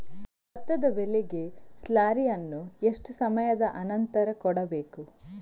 ಭತ್ತದ ಬೆಳೆಗೆ ಸ್ಲಾರಿಯನು ಎಷ್ಟು ಸಮಯದ ಆನಂತರ ಕೊಡಬೇಕು?